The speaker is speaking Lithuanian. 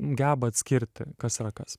geba atskirti kas yra kas